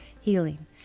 healing